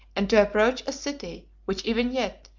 and approach a city which even yet,